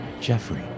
Jeffrey